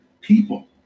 people